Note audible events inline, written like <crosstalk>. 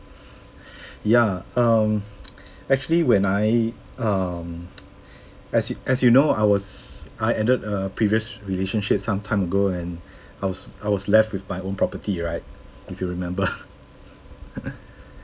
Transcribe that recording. ya um <noise> actually when I um <noise> as as you know I was I ended a previous relationship some time ago and I was I was left with my own property right if you remember <laughs>